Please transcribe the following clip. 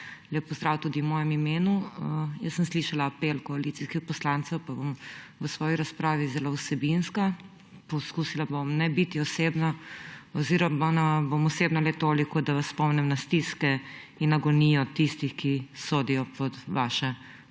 lep pozdrav tudi v mojem imenu! Slišala sem apel koalicijskih poslancev, pa bom v svoji razpravi zelo vsebinska. Poskusila bom ne biti osebna oziroma bom osebna le toliko, da vas spomnim na stiske in agonijo tistih, ki sodijo pod vaše